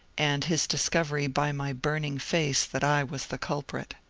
and his discovery by my burning face that i was the culprit.